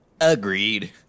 Agreed